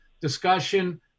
discussion